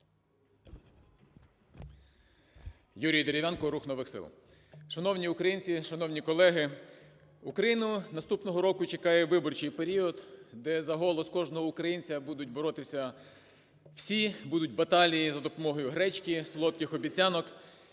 Юрій Дерев'янко, "Рух нових сил". Шановні українці! Шановні колеги! Україну наступного року чекає виборчий період, де за голос кожного українця будуть боротися всі, будуть баталії за допомогою гречки, солодких обіцянок.